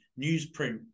newsprint